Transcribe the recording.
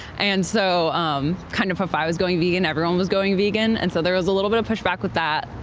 and so um, kind of if i was going vegan, everyone was going vegan. and so there was a little bit of push back with that.